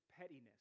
pettiness